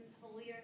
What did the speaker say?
holier